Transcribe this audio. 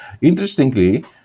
Interestingly